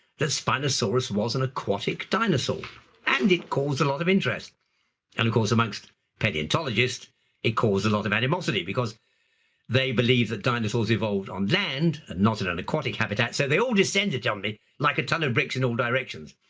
that spinosaurus was an aquatic dinosaur and it caused a lot of interest and of course amongst palaeontologists it caused a lot of animosity because they believed that dinosaurs evolved on land and not in an aquatic habitat. so they all descended on me like a ton of bricks in all directions.